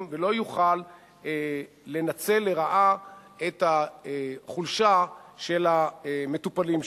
ולא יוכל לנצל לרעה את החולשה של המטופלים שלו.